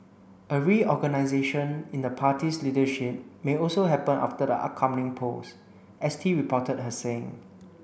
a reorganisation in the party's leadership may also happen after the upcoming polls S T reported her saying